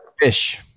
Fish